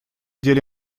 деле